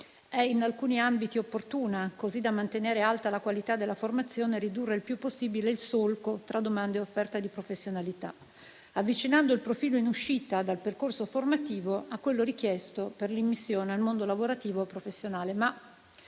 è in alcuni ambiti opportuna, così da mantenere alta la qualità della formazione e ridurre il più possibile il solco tra domanda e offerta di professionalità, avvicinando il profilo in uscita dal percorso formativo a quello richiesto per l'immissione al mondo lavorativo professionale.